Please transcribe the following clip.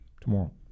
tomorrow